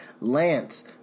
Lance